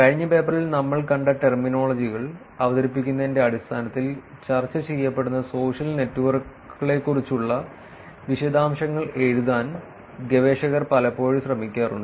കഴിഞ്ഞ പേപ്പറിൽ നമ്മൾ കണ്ട ടെർമിനോളജികൾ അവതരിപ്പിക്കുന്നതിന്റെ അടിസ്ഥാനത്തിൽ ചർച്ച ചെയ്യപ്പെടുന്ന സോഷ്യൽ നെറ്റ്വർക്കിനെക്കുറിച്ചുള്ള വിശദാംശങ്ങൾ എഴുതാൻ ഗവേഷകർ പലപ്പോഴും ശ്രമിക്കാറുണ്ട്